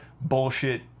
bullshit